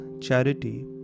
charity